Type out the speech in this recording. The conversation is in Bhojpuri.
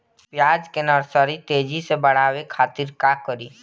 प्याज के नर्सरी तेजी से बढ़ावे के खातिर का करी?